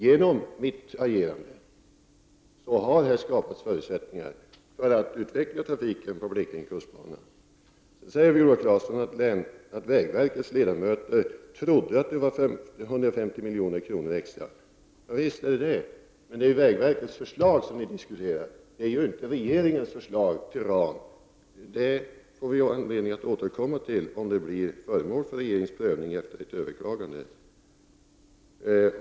Genom mitt agerande har det skapats förutsättningar för att utveckla trafiken på Blekinge kustbana. Sedan säger Viola Claesson att vägverkets ledamöter trodde att det var 150 milj.kr. extra. Visst är det så. Det är ju vägverkets förslag som ni diskuterar. Det är inte regeringens förslag till ramar. Det får vi anledning att återkomma till om detta blir föremål för regeringens prövning efter ett överklagande.